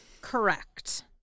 correct